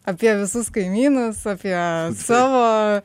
apie visus kaimynus apie savo